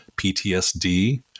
PTSD